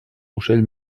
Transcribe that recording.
ocell